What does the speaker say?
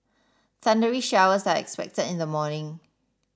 thundery showers are expected in the morning